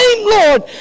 Lord